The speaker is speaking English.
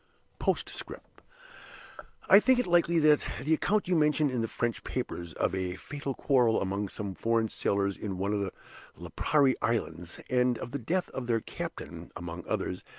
postscript i think it likely that the account you mention in the french papers, of a fatal quarrel among some foreign sailors in one of the lipari islands, and of the death of their captain, among others,